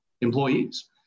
employees